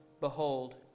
Behold